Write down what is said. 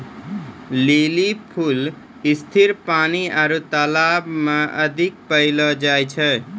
lily फूल स्थिर पानी आरु तालाब मे अधिक पैलो जाय छै